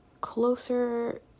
closer